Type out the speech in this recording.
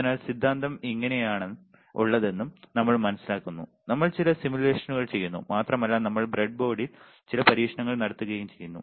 അതിനാൽ സിദ്ധാന്തം എങ്ങനെയാണ് ഉള്ളതെന്നും നമ്മൾ മനസിലാക്കുന്നു നമ്മൾ ചില സിമുലേഷനുകൾ ചെയ്യുന്നു മാത്രമല്ല നമ്മൾ ബ്രെഡ്ബോർഡിൽ ചില പരീക്ഷണങ്ങൾ നടത്തുകയും ചെയ്യും